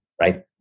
right